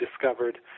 discovered